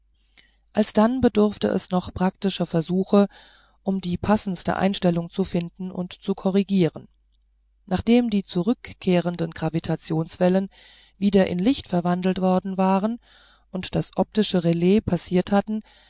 alsdann bedurfte es noch praktischer versuche um die passendste einstellung zu finden und zu korrigieren nachdem die zurückkehrenden gravitationswellen wieder in licht verwandelt worden waren und das optische relais passiert hatten